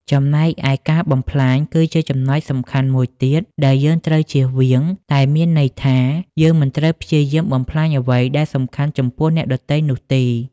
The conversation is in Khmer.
ចំណែកឯការបំផ្លាញ គឺជាចំណុចសំខាន់មួយទៀតដែលយើងត្រូវជៀសវាង តែមានន័យថា យើងមិនត្រូវព្យាយាមបំផ្លាញអ្វីដែលសំខាន់ចំពោះអ្នកដទៃនោះទេ។